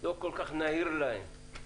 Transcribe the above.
לא כל-כך נהיר להם.